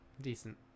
Decent